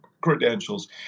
credentials